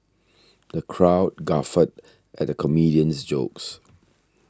the crowd guffawed at the comedian's jokes